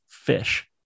Fish